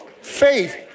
faith